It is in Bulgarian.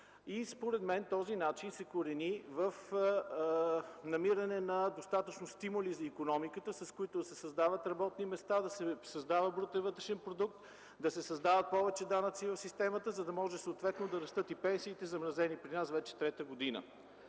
и според мен този начин се корени в намиране на достатъчно стимули за икономиката, с които да се създават работни места, да се създава брутен вътрешен продукт, да се създават повече данъци в системата, за да може съответно да растат и пенсиите, замразени при нас вече трета година.